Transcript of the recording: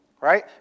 right